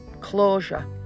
closure